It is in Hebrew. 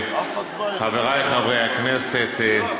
חבריי חברי הכנסת,